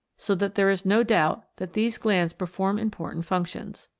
so that there is no doubt that these glands perform important functions.